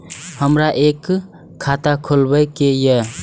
हमरा एक खाता खोलाबई के ये?